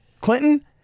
Clinton